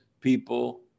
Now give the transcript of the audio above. people